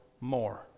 more